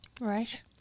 Right